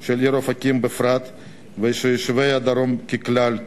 של העיר אופקים בפרט ושל יישובי הדרום ככלל,